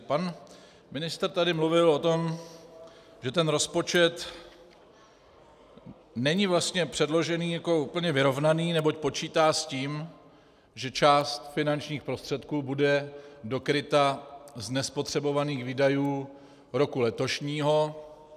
Pan ministr tady mluvil o tom, že ten rozpočet není vlastně předložený jako úplně vyrovnaný, neboť počítá s tím, že část finančních prostředků bude dokryta z nespotřebovaných výdajů roku letošního.